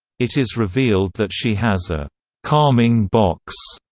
it is revealed that she has a calming box.